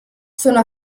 sono